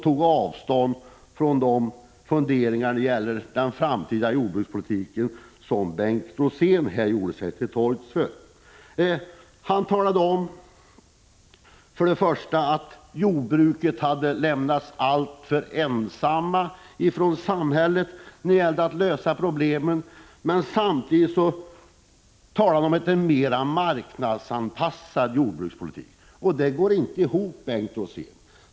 Jag vill i det sammanhanget säga, herr talman, att jag är mycket glad för att också utskottets ordförande tog avstånd från dessa synpunkter. Bengt Rosén sade att samhället lämnat jordbrukarna alltför ensamma att lösa problemen, men samtidigt talade han om en mera marknadsanpassad jordbrukspolitik. Det går inte ihop, Bengt Rosén.